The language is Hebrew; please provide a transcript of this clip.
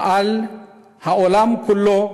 ועל העולם כולו,